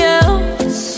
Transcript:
else